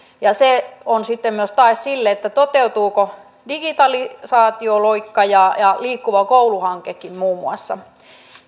se on sitten myös tae sille toteutuuko digitalisaatioloikka ja ja liikkuva koulu hankekin muun muassa